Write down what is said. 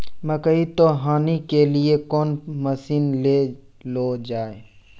मकई तो हनी के लिए कौन मसीन ले लो जाए?